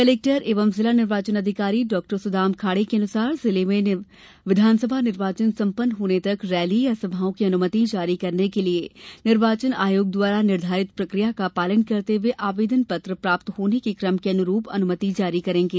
collector एवं जिला निर्वाचन अधिकारी डॉ सूदाम खाडे के अनुसार जिले में विधानसभा निर्वाचन सम्पन्न होने तक रैली या सभाओं की अनुमति जारी कैरने के लिए निर्वाचन आयोग द्वारा निर्धारित प्रक्रिया का पालन करते हुए आवेदन पत्र प्राप्त होने के क्रम के अनुरूप अनुमति जारी करेंगे